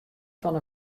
fan